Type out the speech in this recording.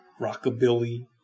rockabilly